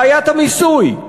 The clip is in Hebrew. בעיית המיסוי,